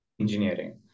engineering